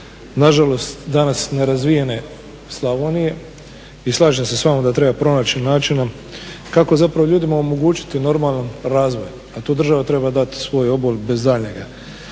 nažalost danas nerazvijene Slavonije i slažem se s vama da treba pronaći načina kako zapravo ljudima omogućiti normalan razvoj, a tu država treba dati svoj obol bez daljnjega.